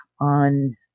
on